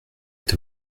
est